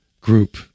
Group